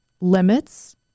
limits